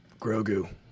Grogu